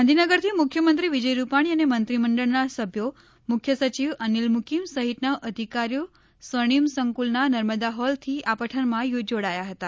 ગાંધીનગરથી મુખ્યમંત્રી વિજય રૂપાણી અને મંત્રીમંડળના સભ્યો મુખ્ય સચિવ અનિલ મુકીમ સહિતના અધિકારીઓ સ્વર્ણિમ સંકુલના નર્મદા હોલથી આ પઠનમાં જોડાયા હતા